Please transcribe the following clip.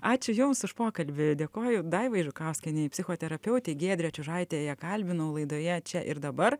ačiū jums už pokalbį dėkoju daivai žukauskienei psichoterapeutei giedrė čiužaitė ją kalbinau laidoje čia ir dabar